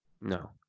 No